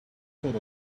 sort